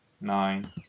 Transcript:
nine